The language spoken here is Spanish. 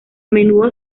menudo